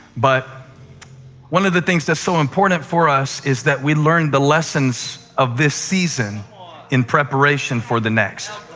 but one of the things that's so important for us is that we learn the lessons of this season in preparation for the next.